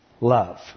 love